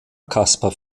caspar